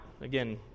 Again